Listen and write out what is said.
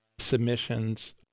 submissions